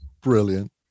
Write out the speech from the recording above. Brilliant